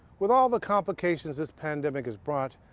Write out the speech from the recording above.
with all the complications, this pandemic is brought,